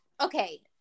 okay